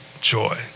joy